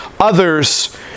others